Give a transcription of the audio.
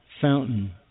fountain